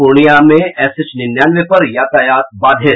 पूर्णिया में एसएच निन्यानवे पर यातायात बाधित